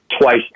twice